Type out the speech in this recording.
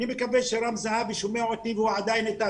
אני מקווה שרם זהבי שומע אותי והוא עדיין איתנו.